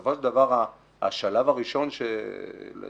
ובסופו של דבר השלב הראשון שלדעתנו